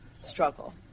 struggle